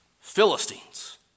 Philistines